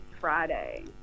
Friday